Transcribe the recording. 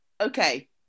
Okay